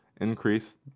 Increase